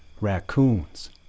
raccoons